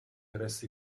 resti